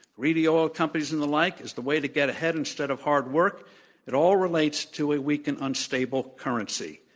greedy oil companies and the like is the way to get ahead instead of hard work it all relates to a weak and unstable currency.